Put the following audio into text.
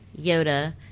Yoda